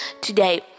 today